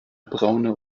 braune